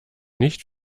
nicht